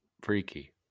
freaky